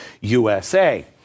USA